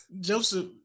Joseph